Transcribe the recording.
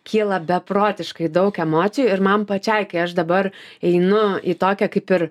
kyla beprotiškai daug emocijų ir man pačiai kai aš dabar einu į tokią kaip ir